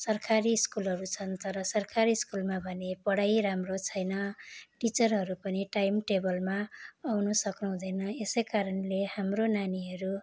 सरकारी स्कुलहरू छन् तर सरकारी स्कुलमा भने पढाइ राम्रो छैन टिचरहरू पनि टाइम टेबलमा आउनु सक्नुहुँदैन यसै कारणले हाम्रो नानीहरू